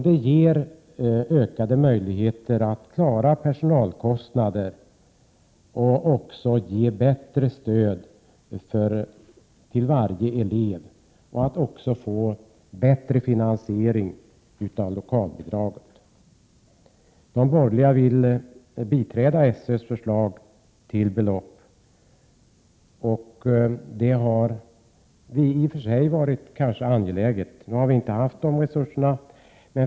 Det ger ökade möjligheter att klara personalkostnader, ger bättre stöd till varje elev och innebär en bättre finansiering av lokalbidraget. De borgerliga vill biträda SÖ:s förslag. Det hade kanske varit angeläget, men nu har vi inte dessa resurser.